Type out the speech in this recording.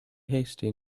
hasty